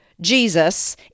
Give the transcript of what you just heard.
Jesus